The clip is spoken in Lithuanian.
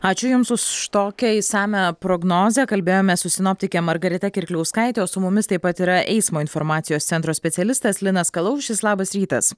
ačiū jums už tokią išsamią prognozę kalbėjome su sinoptike margarita kirkliauskaite o su mumis taip pat yra eismo informacijos centro specialistas linas kalaušis labas rytas